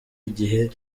igihe